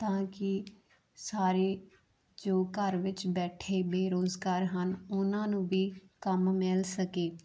ਤਾਂ ਕਿ ਸਾਰੇ ਜੋ ਘਰ ਵਿੱਚ ਬੈਠੇ ਬੇਰੋਜ਼ਗਾਰ ਹਨ ਉਹਨਾਂ ਨੂੰ ਵੀ ਕੰਮ ਮਿਲ ਸਕੇ